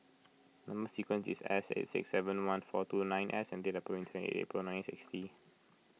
Number Sequence is S eight six seven one four two nine S and date of birth is twenty eight April nine sixty